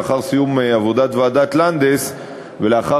לאחר סיום עבודת ועדת לנדס ולאחר